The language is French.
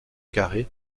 carrée